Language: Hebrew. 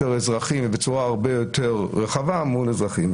יותר של אזרחים ובצורה הרבה יותר רחבה מול אזרחים.